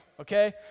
okay